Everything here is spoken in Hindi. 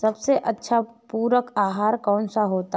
सबसे अच्छा पूरक आहार कौन सा होता है?